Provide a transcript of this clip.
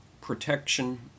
protection